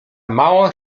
mało